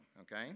okay